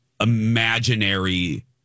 imaginary